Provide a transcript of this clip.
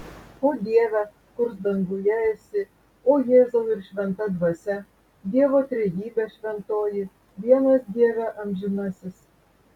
o dieve kurs danguje esi o jėzau ir šventa dvasia dievo trejybe šventoji vienas dieve amžinasis